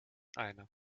einer